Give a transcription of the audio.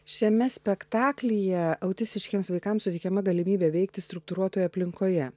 šiame spektaklyje autistiškiems vaikams suteikiama galimybė veikti struktūruotoje aplinkoje